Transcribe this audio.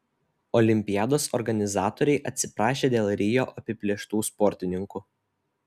olimpiados organizatoriai atsiprašė dėl rio apiplėštų sportininkų